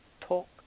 talk